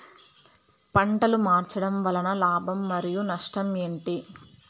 పంటలు మార్చడం వలన లాభం మరియు నష్టం ఏంటి